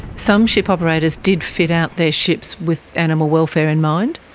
some ship operators did fit out their ships with animal welfare in mind.